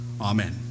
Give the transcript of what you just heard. Amen